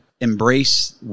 embrace